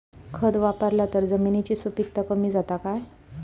खत वापरला तर जमिनीची सुपीकता कमी जाता काय?